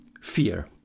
fear